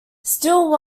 still